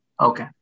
Okay